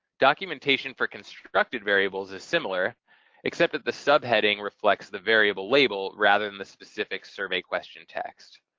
documentation for constructed variables is similar except that the sub-heading reflects the variable label rather than the specific survey question text.